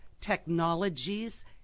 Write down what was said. Technologies